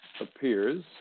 appears—